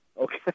okay